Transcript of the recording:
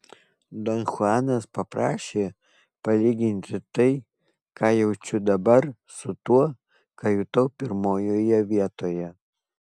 don chuanas paprašė palyginti tai ką jaučiu dabar su tuo ką jutau pirmojoje vietoje